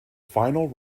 final